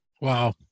Wow